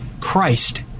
Christ